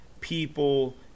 people